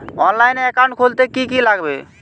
অনলাইনে একাউন্ট খুলতে কি কি লাগবে?